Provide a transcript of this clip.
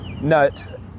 nut